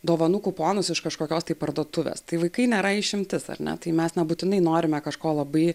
dovanų kuponus iš kažkokios parduotuvės tai vaikai nėra išimtis ar ne tai mes nebūtinai norime kažko labai